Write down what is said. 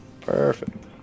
Perfect